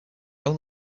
own